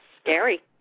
scary